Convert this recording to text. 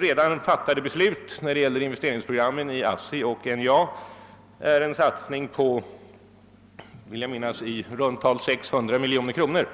Redan fattade beslut rörande investeringsprogrammen i ASSI och NJA innebär en satsning på i runt tal 600 miljoner kronor.